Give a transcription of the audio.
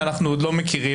שאנחנו עוד לא מכירים.